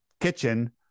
kitchen